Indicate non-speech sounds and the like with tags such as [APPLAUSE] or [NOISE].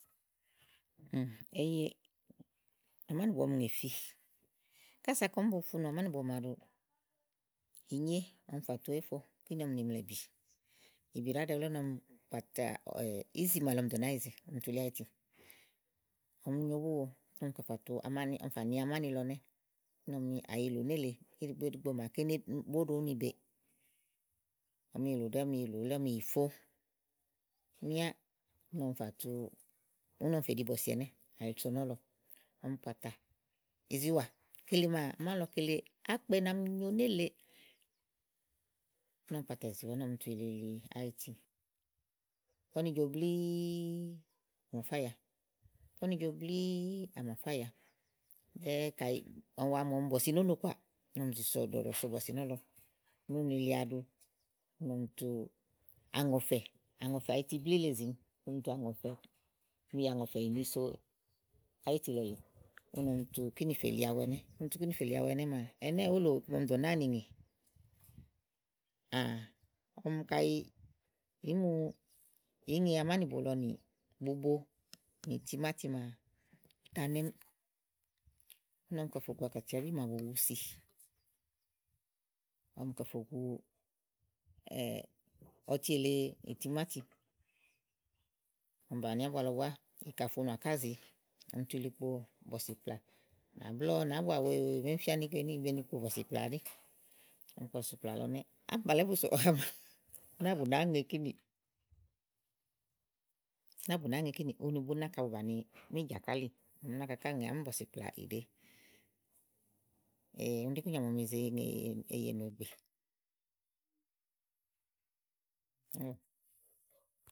[HESITATION] Eye, amánibo ɔm ŋèfi. kása kɔ́m bo funù amánìbo màaɖu, inyé ɔm fàtu eyéfo kini ɔm nì mlɛ̀ ìbì, ìbì ɖàá ɖɛ wulé úni úni ɔm kpàtà [HESITATION] ìzi màa lèe ɔm dònàa yize tu li áyiti, ɔm nyo búwo úni ɔm kè fà tu amánì ɔm fàni amáni lɔ nɛ́ úni ɔm àyilu nélèe íɖigbíɖigbo màa ke boɖo úni be, ɔm yilù ɖɛ́ɛ́ ɔm yilù wulé ɔm yi fo, míá uni ɔm yi fa tu, uni ɔm fè ɖi bɔ̀sì ɛnɛ́ áli so nɔ́lɔ ɔm kpàtà ìziwa úni ɔm tu lili áyiti, igbɔ úni jo blíí à mà fá yàa, úni jo blíí à mà fá yàa, ɖɛ́ɛ ɔm wa mù ni lɔ̀sì nó no kuà, úni ɔm zi ɖɔ̀ɖɔ so bɔ̀sì nɔ́lɔ, úni úni li aɖu úni ɔm tu àŋɔ̀fɛ̀, ɔ̀ŋɔ̀fɛ̀ àyiti blíle zìím, ɔm tu ɔ̀ŋɔ̀fɛ̀ ɔm, yi àŋɔ̀fɛ̀ yì ni so áyiyi lɔlèe úni ɔm tu kini fèli awu ɛnɛ́ ɔm dò nàáa nì nè [HESITATION] ɔm kàyi ìí mu, kàyi ìí ni amánibo lɔ bubo nì timáti maa ú ta nɛ̀m, úni ɔm kɛ̀ fò ákàciabi màa bu wu si, ɔm kɛ̀fò gu [HESITATION] ɔtu èle, itimáti bàni ábua lɔ búa, ìkà funùà, kázìi ɔm tu yili kpo bɔ̀sìkplà. Ablɔ nábua wècwée ma ém fia ni beni kpo bɔ̀sìkplà aɖí, bɔsìkplàlɔ nɛ́ɛ̀, ámbàlɛ́ bu sòwa [LAUGHS] ni áwá bù ná ŋè kini, ni áwá bù ná ŋè kini, úni bún nàka bu bàni míìjàkálì. Ɔm náka ka ŋè ám bɔ̀si kplà ìɖe [HESITATION] ún ɖi ikúnyà màa ɔm yize eye nù egbè.